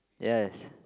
yes